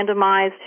randomized